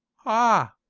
ah,